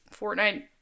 Fortnite